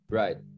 right